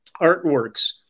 Artworks